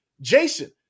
Jason